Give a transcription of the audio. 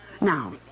Now